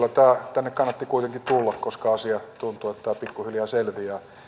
tänne kannatti kuitenkin tulla koska tuntuu että tämä asia pikkuhiljaa selviää